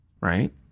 right